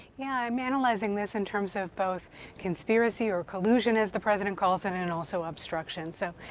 yeah i'm analyzing this in terms of both conspiracy, or collusion, as the president calls it, and also obstruction. so,